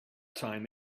time